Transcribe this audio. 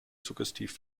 suggestiv